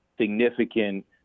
significant